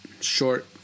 short